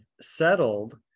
settled